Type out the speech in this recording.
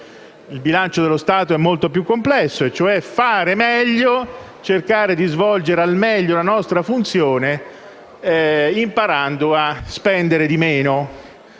il bilancio dello Stato è molto più complesso - ovvero fare meglio e cercare di svolgere al meglio la nostra funzione imparando a spendere di meno.